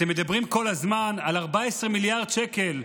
אתם מדברים כל הזמן על 14 מיליארד שקל,